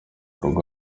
uyu